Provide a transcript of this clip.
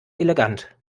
elegant